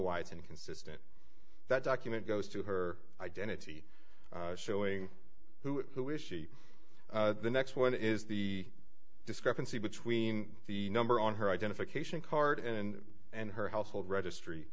why it's inconsistent that document goes to her identity showing who who is she the next one is the discrepancy between the number on her identification card and and her household registry